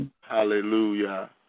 Hallelujah